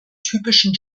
typischen